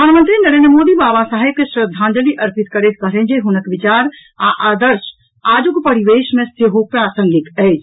प्रधानमंत्री नरेंद्र मोदी बाबा साहेब के श्रद्धांजलि अर्पित करैत कहलनि जे हुनक विचार आ आदर्श आजुक परिवेश मे सेहो प्रासंगिक अछि